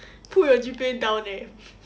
pull your G_P_A down eh